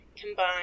combine